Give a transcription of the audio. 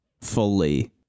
fully